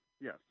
Yes